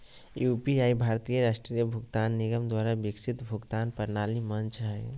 UPI भारतीय राष्ट्रीय भुगतान निगम द्वारा विकसित भुगतान प्रणाली मंच हइ